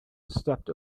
stepped